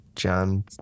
John